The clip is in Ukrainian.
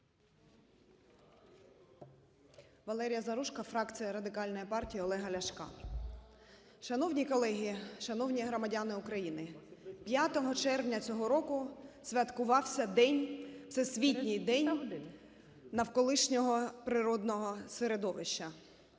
Валерія Заружко, фракція Радикальна партія Олега Ляшка. Шановні колеги, шановні громадяни України! 5 червня цього року святкувався день - Всесвітній день навколишнього природного середовища.